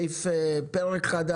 אנחנו ממשיכים בפרק ה'.